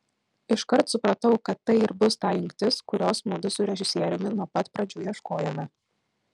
iškart supratau kad tai ir bus ta jungtis kurios mudu su režisieriumi nuo pat pradžių ieškojome